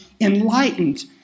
enlightened